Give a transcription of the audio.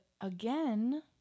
again